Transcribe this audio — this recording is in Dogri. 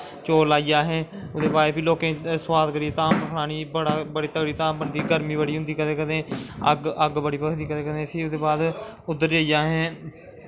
चौल लाईयै असैं ओह्दै बाद सोआद करियै धाम खलानी बड़ी तगड़ी धाम बनानी गर्मी बड़ी होंदी कदैं कदैं अग्ग बड़ी भखदी कदैं कदैं फ्ही ओह्दै बाद उद्दर जाईयै असैं